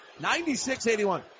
96-81